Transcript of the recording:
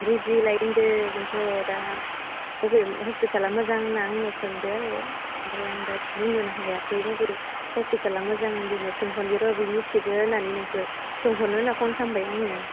ready लायो होन्दो बेनोथ' दा बबे हस्पिटाला मोजां होनना आंनियाव सोंदो ओमफ्राय आं दा बुंनोनो हायाखै बबे हस्पिटाला मोजां बिनियाव सोंहरनिर' बि मिथिगो होननानै नोंखो सोंहरनो होनना फन खामबाय आङो